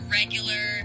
regular